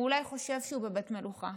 הוא אולי חושב שהוא בבית מלוכה,